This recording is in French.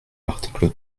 l’article